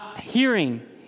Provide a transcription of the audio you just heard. hearing